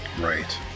Right